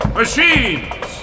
machines